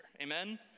Amen